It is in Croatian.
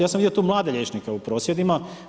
Ja sam vidio tu mlade liječnike u prosvjedima.